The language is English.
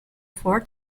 four